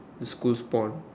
the school's pond